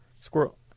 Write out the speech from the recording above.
Squirrel